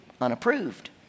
unapproved